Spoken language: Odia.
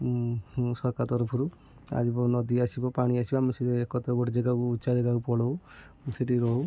ସରକାର ତରଫରୁ ଆଜି ନଦୀ ଆସିବ ପାଣି ଆସିବ ଆମେ ସେ ଏକତ୍ର ଗୋଟେ ଜାଗାକୁ ଉଚ୍ଚ ଜାଗାକୁ ପଳଉ ସେଠି ରହୁ